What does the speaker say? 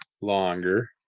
longer